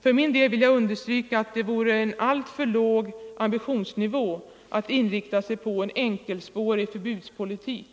För min del vill jag understryka att det vore en alltför låg ambitionsnivå att inrikta sig på en enkelspårig förbudspolitik.